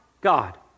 God